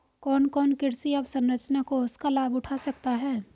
कौन कौन कृषि अवसरंचना कोष का लाभ उठा सकता है?